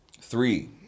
three